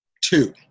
two